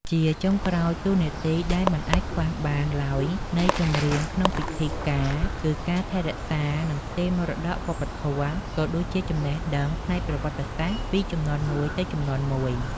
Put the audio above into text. ជាចុងក្រោយ តួនាទីដែលមិនអាចខ្វះបានឡើយនៃចម្រៀងក្នុងពិធីការ គឺការថែរក្សា និងផ្ទេរមរតកវប្បធម៌ ក៏ដូចជាចំណេះដឹងផ្នែកប្រវត្តិសាស្ត្រពីជំនាន់មួយទៅជំនាន់មួយ។